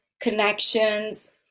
connections